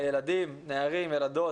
הילדים, נערים, ילדות